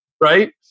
Right